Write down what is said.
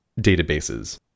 databases